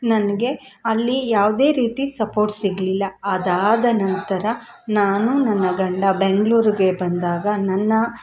ನನಗೆ ಅಲ್ಲಿ ಯಾವುದೇ ರೀತಿ ಸಪೋರ್ಟ್ ಸಿಗಲಿಲ್ಲ ಅದಾದ ನಂತರ ನಾನು ನನ್ನ ಗಂಡ ಬೆಂಗಳೂರಿಗೆ ಬಂದಾಗ ನನ್ನ